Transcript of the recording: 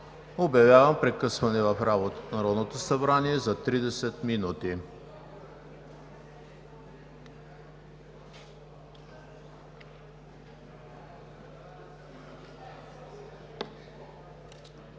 Обявявам прекъсване в работата на Народното събрание за 30 минути.